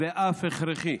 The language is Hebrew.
ואף הכרחי.